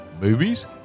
movies